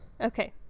Okay